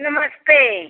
नमस्ते